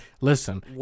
Listen